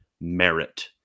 merit